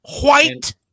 White